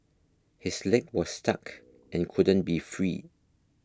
his leg was stuck and couldn't be freed